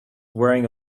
wearing